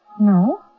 No